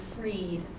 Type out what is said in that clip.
freed